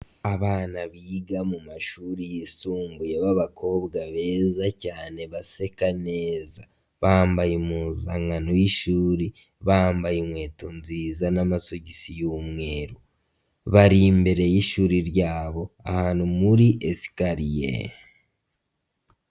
Abana biga mu mashuri yisumbuye b'abakobwa beza cyane baseka neza. Bambaye impuzankano y'ishuri, bambaye inkweto nziza n'amasogisi y'umweru, bari imbere yishuri ryabo, ahantu muri esikariye.